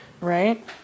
Right